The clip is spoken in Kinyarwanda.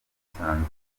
hisanzuye